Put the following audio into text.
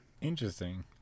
Interesting